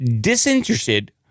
disinterested